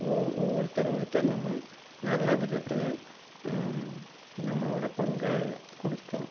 ஒருத்தரை ஒருத்தர் நம்ம நல்ல விதத்தில் நம்மளோட பங்கை கொடுக்கணும்